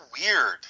weird